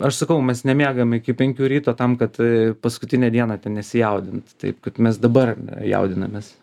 aš sakau mes nemiegam iki penkių ryto tam kad paskutinę dieną ten nesijaudint taip kad mes dabar jaudinamės